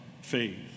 faith